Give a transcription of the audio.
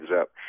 up